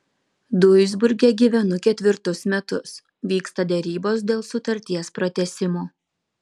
duisburge gyvenu ketvirtus metus vyksta derybos dėl sutarties pratęsimo